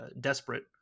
desperate